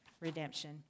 redemption